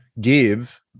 Give